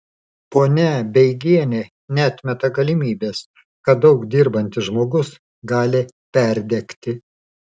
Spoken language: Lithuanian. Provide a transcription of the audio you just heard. ponia beigienė neatmeta galimybės kad daug dirbantis žmogus gali perdegti